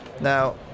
now